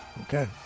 Okay